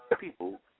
people